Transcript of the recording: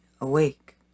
awake